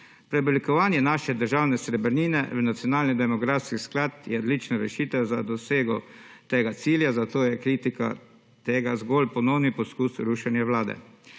Preoblikovanje naše državne srebrnine v nacionalni demografski sklad je odlična rešitev za dosego tega cilja, zato je kritika tega zgolj ponovno poizkus rušenja Vlade.